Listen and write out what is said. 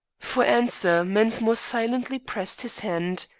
for answer mensmore silently pressed his hand.